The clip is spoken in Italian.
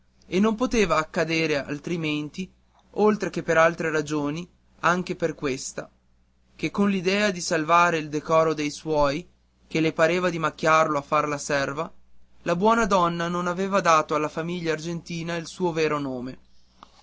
e non poteva accadere altrimenti oltre che per altre ragioni anche per questa che con l'idea di salvare il decoro dei suoi ché le pareva di macchiarlo a far la serva la buona donna non aveva dato alla famiglia argentina il suo vero nome